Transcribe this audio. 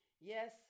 yes